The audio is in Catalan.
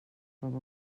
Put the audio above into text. com